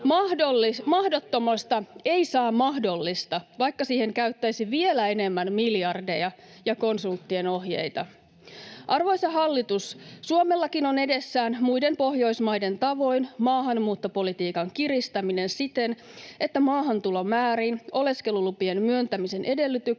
Mahdottomasta ei saa mahdollista, vaikka siihen käyttäisi vielä enemmän miljardeja ja konsulttien ohjeita. Arvoisa hallitus! Suomellakin on edessään muiden pohjoismaiden tavoin maahanmuuttopolitiikan kiristäminen siten, että maahantulomääriin, oleskelulupien myöntämisen edellytyksiin